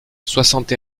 soixante